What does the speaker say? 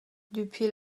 depuis